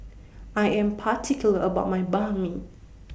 I Am particular about My Banh MI